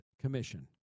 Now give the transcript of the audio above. Commission